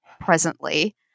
presently